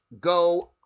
go